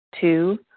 Two